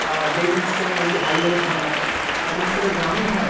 আর যেই জিনিসটা নিয়ে বেশি হাইলাইট হয় না সেই জিনিসটা তো গ্রামেই হয়